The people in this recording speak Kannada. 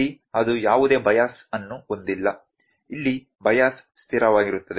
ಇಲ್ಲಿ ಅದು ಯಾವುದೇ ಬೈಯಸ್ ಅನ್ನು ಹೊಂದಿಲ್ಲ ಇಲ್ಲಿ ಬೈಯಸ್ ಸ್ಥಿರವಾಗಿರುತ್ತದೆ